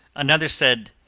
another said,